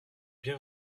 bien